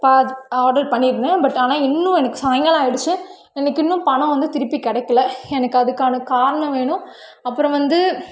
order பண்ணியிருந்தேன் but ஆனால் இன்னும் எனக்கு சாயங்காலம் ஆகிடிச்சி எனக்கு இன்னும் பணம் வந்து திருப்பி கிடைக்கல எனக்கு அதுக்கான காரணம் வேணும் அப்புறம் வந்து